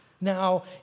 now